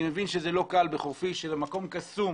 אני מבין שזה לא קל לפגוע בחורפיש, שזה מקום קסום,